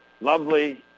lovely